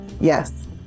Yes